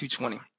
220